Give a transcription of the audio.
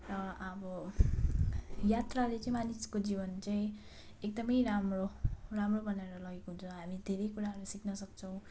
र अब यात्राले चाहिँ मानिसको जीवन चाहिँ एकदम राम्रो राम्रो बनाएर लगेको हुन्छ हामी धेरै कुराहरू सिक्न सक्छौँ